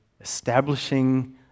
establishing